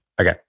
Okay